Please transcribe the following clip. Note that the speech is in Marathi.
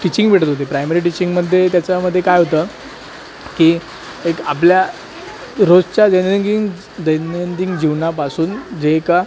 टिचिंग भेटत होती प्रायमरी टिचिंगमध्ये त्याच्यामध्ये काय होतं की एक आपल्या रोजच्या दिनंगिंग दैनंदिन जीवनापासून जे का